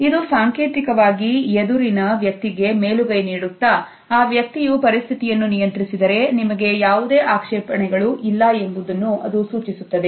ಇದು ಸಾಂಕೇತಿಕವಾಗಿ ಎದುರಿನ ವ್ಯಕ್ತಿಗೆ ಮೇಲುಗೈ ನೀಡುತ್ತಾ ಆ ವ್ಯಕ್ತಿಯು ಪರಿಸ್ಥಿತಿಯನ್ನು ನಿಯಂತ್ರಿಸಿದರೆ ನಿಮಗೆ ಯಾವುದೇ ಆಕ್ಷೇಪಣೆಗಳು ಇಲ್ಲ ಎಂಬುದನ್ನು ಅದು ಸೂಚಿಸುತ್ತದೆ